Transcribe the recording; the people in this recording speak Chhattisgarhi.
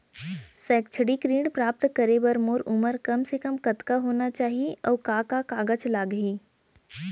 शैक्षिक ऋण प्राप्त करे बर मोर उमर कम से कम कतका होना चाहि, अऊ का का कागज लागही?